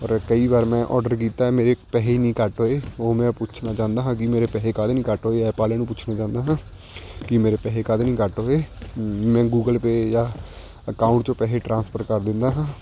ਪਰ ਕਈ ਵਾਰ ਮੈਂ ਔਡਰ ਕੀਤਾ ਮੇਰੇ ਪੈਸੇ ਨਹੀਂ ਕੱਟ ਹੋਏ ਉਹ ਮੈਂ ਪੁੱਛਣਾ ਚਾਹੁੰਦਾ ਹਾਂ ਕਿ ਮੇਰੇ ਪੈਸੇ ਕਾਹਤੇ ਨਹੀਂ ਕੱਟ ਹੋਏ ਐਪ ਵਾਲਿਆਂ ਨੂੰ ਪੁੱਛਣਾ ਚਾਹੁੰਦਾ ਹਾਂ ਕਿ ਮੇਰੇ ਪੈਸੇ ਕਾਹਤੇ ਨਹੀਂ ਕੱਟ ਹੋਏ ਮੈਂ ਗੂਗਲ ਪੇ ਜਾਂ ਅਕਾਊਂਟ 'ਚੋਂ ਪੈਸੇ ਟ੍ਰਾਂਸਫਰ ਕਰ ਦਿੰਦਾ ਹਾਂ